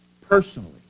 personally